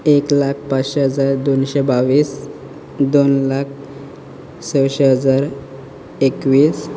एक लाख पांचशें हजार दोनशे बावीस दोन लाख सशे हजार एकवीस